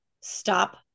stop